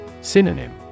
Synonym